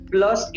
Plus